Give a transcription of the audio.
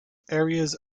areas